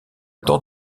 temps